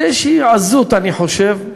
באיזו עזות אני חושב,